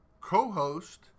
co-host